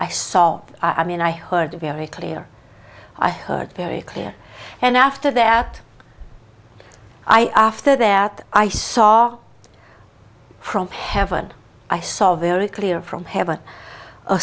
i saw i mean i heard a very clear i heard very clear and after that i after there i saw from heaven i saw very clear from heaven a